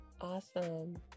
Awesome